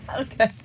Okay